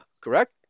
correct